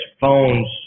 phones